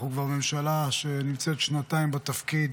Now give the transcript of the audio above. אנחנו בממשלה שנמצאת כבר שנתיים בתפקיד,